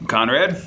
Conrad